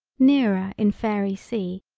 nearer in fairy sea,